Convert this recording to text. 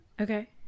Okay